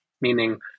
meaning